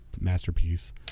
masterpiece